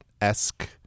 esque